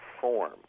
form